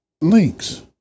links